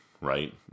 right